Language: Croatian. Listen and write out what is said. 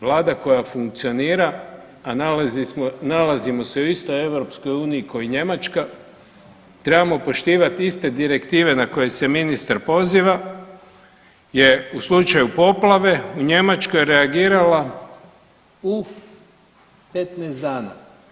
Vlada koja funkcionira, a nalazimo se u istoj EU kao i Njemačka, trebamo poštivati iste direktive na koje se ministar poziva je u slučaju poplave u Njemačkoj reagirala u 15 dana.